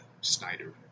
Snyder